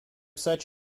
such